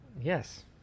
Yes